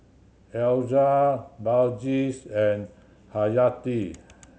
Elyas Balqis and Haryati